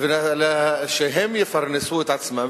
שהם יפרנסו את עצמם.